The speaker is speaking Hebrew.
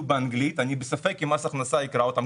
הדוחות האלה יהיו באנגלית ואני בספק אם מס הכנסה יקרא אותן.